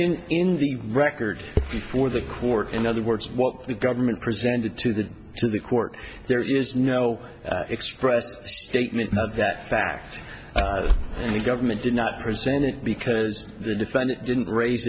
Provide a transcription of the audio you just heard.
that in the record before the court in other words what the government presented to the to the court there is no expressed statement of that fact the government did not present it because the defendant didn't raise